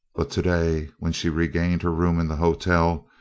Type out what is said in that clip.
but today, when she regained her room in the hotel,